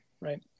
Right